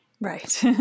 Right